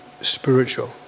spiritual